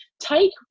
take